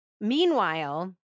Meanwhile